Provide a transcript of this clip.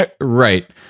Right